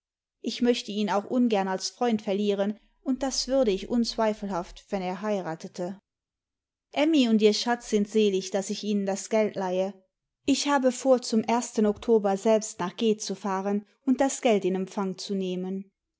ich möchte ihn auch ungern als freund verlieren und das würde ich unzweifelhaft wenn er heiratete mmy und ihr schatz sind selig daß ich ihnen das geld leihe ich habe vor zum ersten oktober selbst nach g zu fahren und das geld in empfang zu nehmen